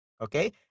okay